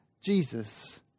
Jesus